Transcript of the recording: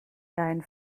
dein